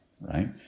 right